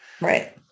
right